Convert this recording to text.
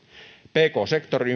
pk sektorilta